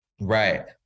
Right